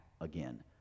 again